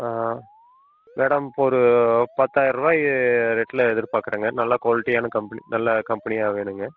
madam இப்போ ஒரு பத்தாயிர்ருபாயி ரேட்டில் எதிர்பார்க்குறேங்க நல்ல க்வாலிட்டியான கம்பெனி நல்ல கம்பெனியாக வேணுங்க